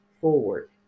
forward